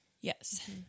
Yes